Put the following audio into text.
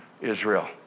Israel